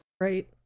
right